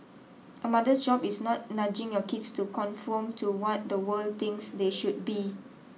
a mother's job is not nudging your kids to conform to what the world thinks they should be